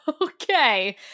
okay